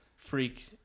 freak